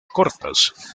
cortas